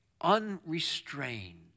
unrestrained